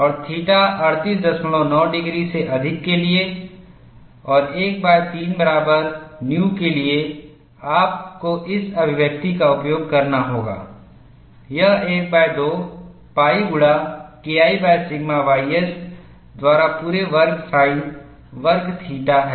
और थीटा389 डिग्री से अधिक के लिए और 13 बराबर nu के लिए आपको इस अभिव्यक्ति का उपयोग करना होगा यह 12 pi गुणा KI सिग्मा ys द्वारा पूरे वर्ग साइन वर्ग थीटा है